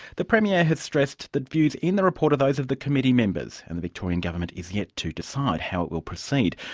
the premier has stressed that views in the report are those of the committee members, and the victorian government is yet to decide how it will proceed.